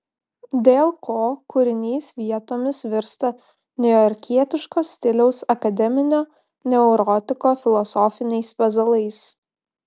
dėl ko kūrinys vietomis virsta niujorkietiško stiliaus akademinio neurotiko filosofiniais pezalais